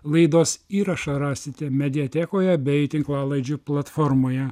laidos įrašą rasite mediatekoje bei tinklalaidžių platformoje